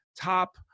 top